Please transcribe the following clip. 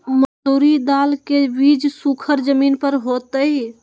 मसूरी दाल के बीज सुखर जमीन पर होतई?